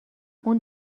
اون